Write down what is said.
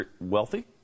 wealthy